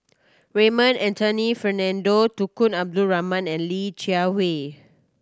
Raymond Anthony Fernando Tunku Abdul Rahman and Li Jiawei